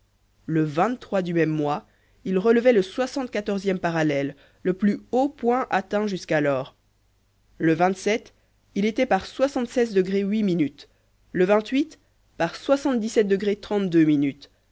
le du même mois il relevait le soixante quatorzième parallèle le plus haut point atteint jusqu'alors le il était par le par